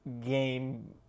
game